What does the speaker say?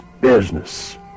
Business